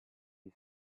you